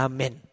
Amen